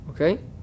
Okay